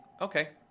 Okay